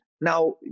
now